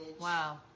Wow